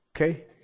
Okay